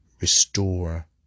restore